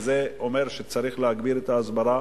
וזה אומר שצריך להגביר את ההסברה